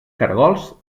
caragols